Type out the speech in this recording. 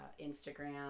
Instagram